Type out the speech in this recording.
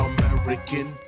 American